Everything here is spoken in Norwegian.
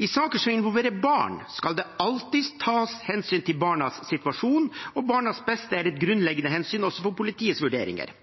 I saker som involverer barn, skal det alltid tas hensyn til barnas situasjon, og barnas beste er et grunnleggende hensyn også for politiets vurderinger.